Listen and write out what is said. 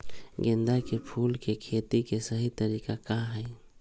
गेंदा के फूल के खेती के सही तरीका का हाई?